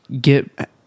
get